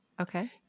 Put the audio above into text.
Okay